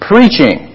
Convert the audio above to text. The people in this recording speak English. Preaching